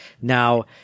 Now